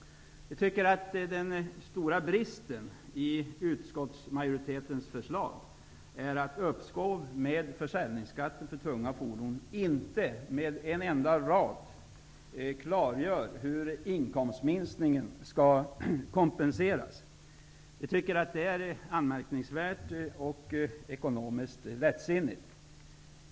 Vi tycker att den stora bristen i utskottsmajoritetens förslag om uppskov med försäljningsskatten för tunga fordon är, att man inte med en enda rad klargör hur inkomstminskningen skall kompenseras. Det är anmärkningsvärt och ekonomiskt lättsinnigt.